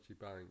bank